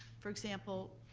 for example,